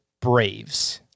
Braves